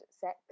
sex